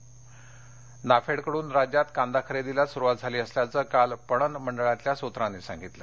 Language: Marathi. नाफेड नाफेडकडून राज्यात कांदा खरेदीला सुरुवात झाली असल्याचं काल पणन मंडळातल्या सूत्रांनी सांगितलं